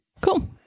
Cool